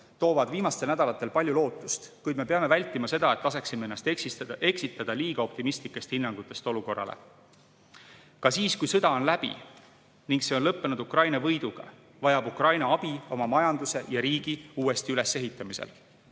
toovad viimastel nädalatel palju lootust, kuid me peame vältima seda, et laseksime ennast eksitada liiga optimistlikest hinnangutest olukorrale. Ka siis, kui sõda on läbi ning see on lõppenud Ukraina võiduga, vajab Ukraina abi oma majanduse ja riigi uuesti üles ehitamisel.